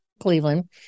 Cleveland